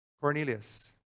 Cornelius